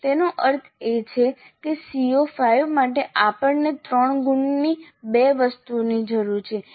તેનો અર્થ એ કે CO5 માટે આપણને 3 ગુણની બે વસ્તુઓની જરૂર છે